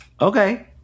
Okay